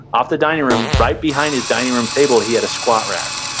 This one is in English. off the dining room, right behind his dining room table, he had a squat rack.